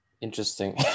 interesting